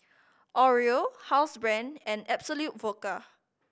Oreo Housebrand and Absolut Vodka